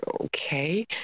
okay